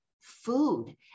food